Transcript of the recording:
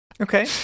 Okay